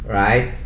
right